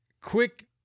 Quick